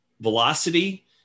velocity